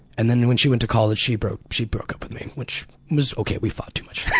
and then when she went to college she broke she broke up with me, which was ok we fought too much. yeah